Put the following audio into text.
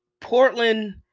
Portland